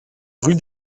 rue